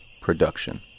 Production